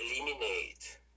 eliminate